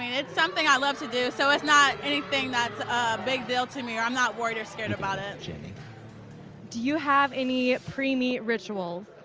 and it's something i love to do. so it's not anything that's a big deal to me, or i'm not worried or scared about it. jenny do you have any pre-meet rituals?